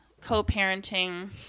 co-parenting